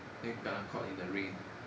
then kena caught in the rain